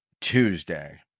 Tuesday